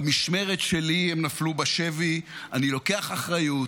במשמרת שלי הם נפלו בשבי, אני לוקח אחריות,